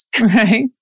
Right